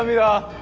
um da